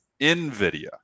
Nvidia